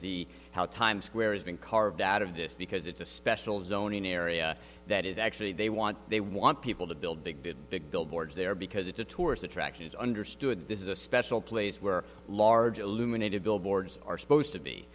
the how times square has been carved out of this because it's a special zoning area that is actually they want they want people to build big big big billboards there because it's a tourist attraction is understood this is a special place where large illuminated billboards are supposed to be